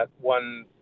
one